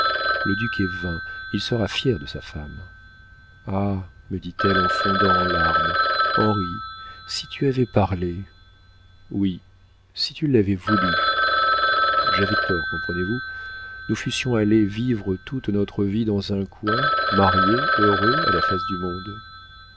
le duc est vain il sera fier de sa femme ah me dit-elle en fondant en larmes henri si tu avais parlé oui si tu l'avais voulu j'avais tort comprenez-vous nous fussions allés vivre toute notre vie dans un coin mariés heureux à la face du monde